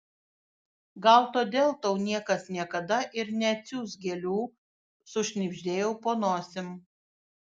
gal todėl tau niekas niekada ir neatsiųs gėlių sušnibždėjau po nosim